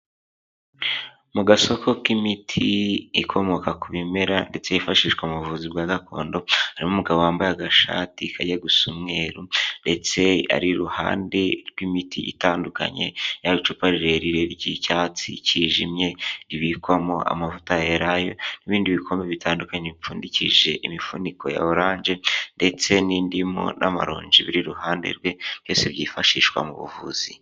Mu gasoko k'imiti ikomoka ku bimera, ndetse yifashishwa mu buvuzi bwa gakondo, harimo umugabo wambaye agashati kajya gusa umweru, ndetse ari iruhande rw'imiti itandukanye, yaba icupa rirerire ry'icyatsi kijimye, ribikwamo amavuta ya Elayo, n'ibindi bikombe bitandukanye, bipfundikishije imifuniko ya oranje, ndetse n'indimu n'amaronji biri iruhande rwe, byose byifashishwa mu buvuzi.